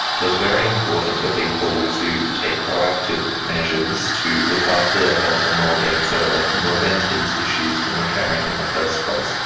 so it's very important for people to take proactive measures to look after their health and well-being so that they can prevent these issues from occurring in the first place.